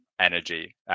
energy